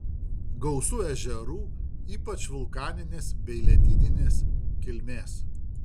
gausu ežerų ypač vulkaninės bei ledyninės kilmės